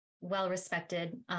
well-respected